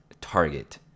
Target